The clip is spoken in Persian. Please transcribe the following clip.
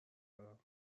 دارم